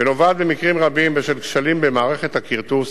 ונובעת במקרים רבים מכשלים במערכת הכרטוס